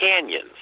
canyons